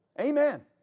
Amen